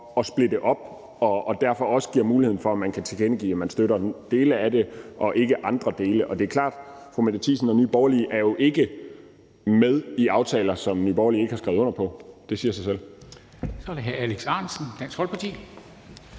et forslag op og derfor også giver muligheden for, at man kan tilkendegive, at man støtter nogle dele af det og ikke andre dele. Og det er jo klart, at fru Mette Thiesen og Nye Borgerlige ikke er med i aftaler, som Nye Borgerlige ikke har skrevet under på. Det siger sig selv. Kl. 13:29 Formanden (Henrik